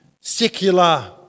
secular